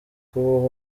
kubaho